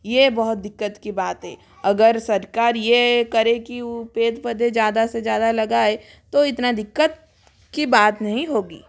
ये बहुत दिक्कत की बात है अगर सरकार ये करे कि वो पेड़ पौधे ज़्यादा से ज़्यादा लगाए तो इतना दिक्कत की बात नहीं होगी